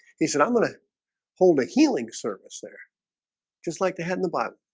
he said i'm gonna hold a healing service there just like the head in the bottle